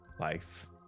life